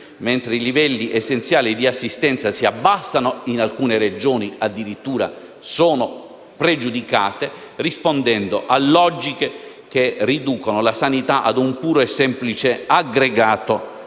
mentre i livelli essenziali di assistenza si abbassano e in alcune Regioni sono addirittura pregiudicati, rispondendo a logiche che riducono la sanità a un puro e semplice aggregato di beni